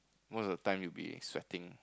most of the time you'll be sweating